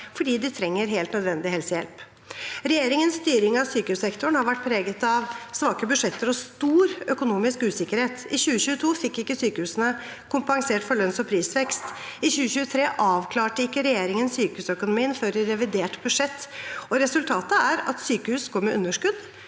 fordi de trenger helt nødvendig helsehjelp. Regjeringens styring av sykehussektoren har vært preget av svake budsjetter og stor økonomisk usikkerhet. I 2022 fikk ikke sykehusene kompensert for lønnsog prisvekst. I 2023 avklarte ikke regjeringen sykehusøkonomien før i revidert budsjett. Resultatet er at sykehus går med underskudd,